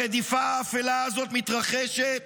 הרדיפה האפלה הזאת מתרחשת